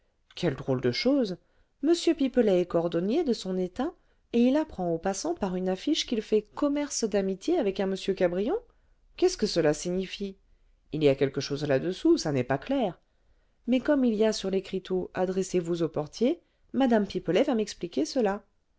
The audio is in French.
quelle drôle de chose m pipelet est cordonnier de son état et il apprend aux passants par une affiche qu'il fait commerce d'amitié avec un m cabrion qu'est-ce que cela signifie il y a quelque chose là-dessous ça n'est pas clair mais comme il y a sur l'écriteau adressez-vous au portier mme pipelet va m'expliquer cela